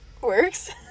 works